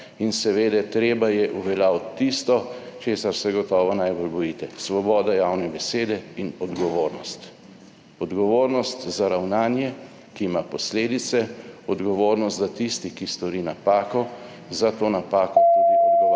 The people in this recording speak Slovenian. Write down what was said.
In seveda treba je uveljaviti tisto, česar se gotovo najbolj bojite - svoboda javne besede in odgovornost. Odgovornost za ravnanje, ki ima posledice, odgovornost, da tisti, ki stori napako, za to napako tudi odgovarja,